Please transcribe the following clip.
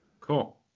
cool